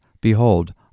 behold